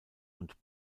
und